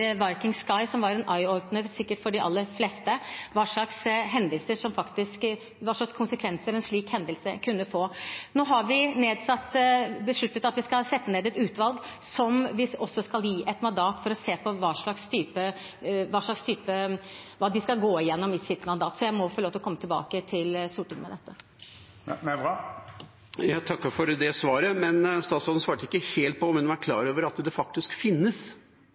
Sky», som sikkert var en «eye opener» for de aller fleste, hva slags konsekvenser en slik hendelse kunne få. Nå har vi besluttet at vi skal sette ned et utvalg som vi skal gi et mandat. Når det gjelder hva de skal gå gjennom i sitt mandat, må jeg få komme tilbake til Stortinget med det. Jeg takker for svaret, men statsråden svarte ikke helt på om hun var klar over at det faktisk finnes